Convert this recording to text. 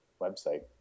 website